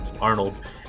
arnold